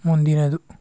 ಮುಂದಿನದು